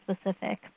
specific